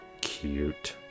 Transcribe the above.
cute